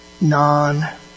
non